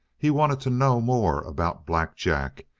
he wanted to know more about black jack,